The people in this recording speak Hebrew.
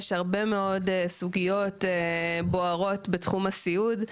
יש הרבה מאוד סוגיות בוערות בתחום הסיעוד,